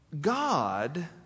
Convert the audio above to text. God